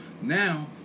Now